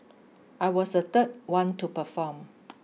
I was the third one to perform